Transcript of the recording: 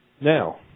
Now